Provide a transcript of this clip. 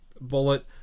bullet